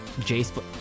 Jace